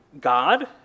God